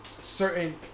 certain